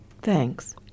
Thanks